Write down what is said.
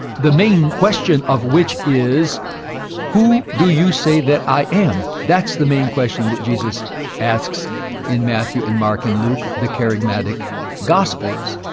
the main question of which is who do you say that i am? that's the main question that jesus asks in matthew and mark and luke, the kerigmatic gospels,